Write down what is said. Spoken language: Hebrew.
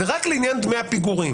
זה רק לעניין דמי הפיגורים.